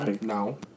No